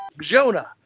Jonah